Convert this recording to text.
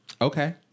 Okay